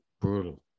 brutal